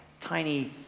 tiny